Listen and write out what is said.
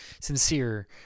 sincere